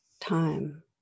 time